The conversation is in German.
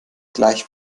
gleich